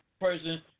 person